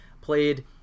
played